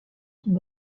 sont